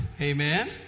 amen